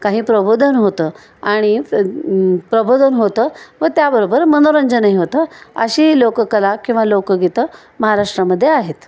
काही प्रबोधन होतं आणि प्रबोधन होतं व त्याबरोबर मनोरंजनही होतं अशी लोककला किंवा लोकगीतं महाराष्ट्रामध्ये आहेत